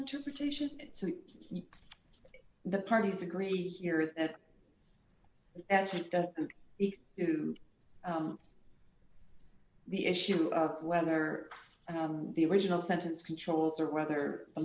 interpretation to the parties agree here is that the the issue of whether the original sentence controls or whether the